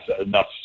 enough